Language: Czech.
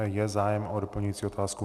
Je zájem o doplňující otázku?